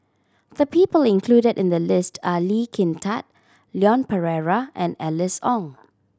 the people included in the list are Lee Kin Tat Leon Perera and Alice Ong